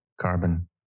carbon